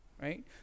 Right